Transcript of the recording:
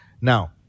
Now